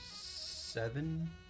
seven